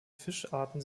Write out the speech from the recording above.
fischarten